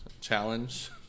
challenge